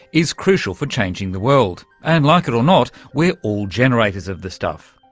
is crucial for changing the world, and, like it or not, we're all generators of the stuff.